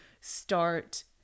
start